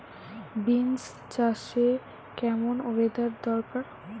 Beans চাষে কেমন weather দরকার?